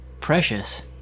precious